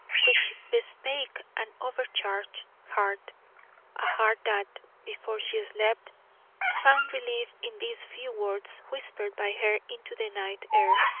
which bespake an overcharged heart a heart that, before she slept, found relief in these few words whispered by her into the night air,